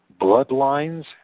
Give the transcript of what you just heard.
bloodlines